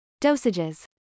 Dosages